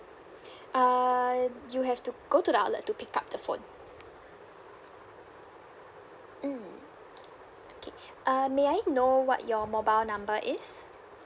uh you have to go to the outlet to pick up the phone mm okay uh may I know what your mobile number is